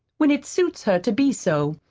when it suits her to be so,